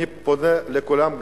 אני פונה לכולם,